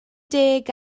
deg